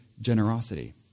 generosity